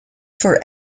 for